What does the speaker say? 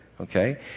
Okay